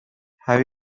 have